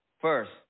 First